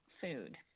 food